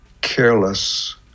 careless